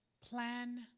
Plan